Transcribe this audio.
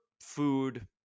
food